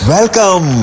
Welcome